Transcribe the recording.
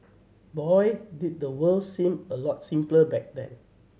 boy did the world seem a lot simpler back then